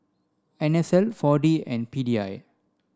N S L four D and P D I